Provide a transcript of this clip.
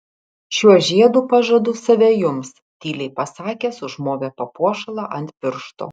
šiuo žiedu pažadu save jums tyliai pasakęs užmovė papuošalą ant piršto